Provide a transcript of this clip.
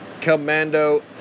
commando